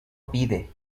pide